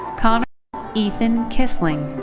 connor ethan kisling.